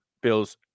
Bills